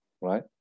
Right